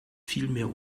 vielmehr